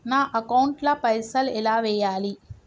నా అకౌంట్ ల పైసల్ ఎలా వేయాలి?